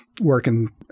working